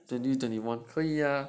twenty twenty one 可以啊